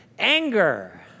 Anger